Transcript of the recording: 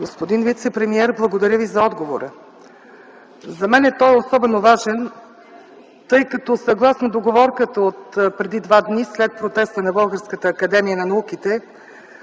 Господин вицепремиер, благодаря Ви за отговора. За мен той е особено важен, тъй като съгласно договорката от преди два дни, след протеста на Българската академия на науките,